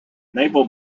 naval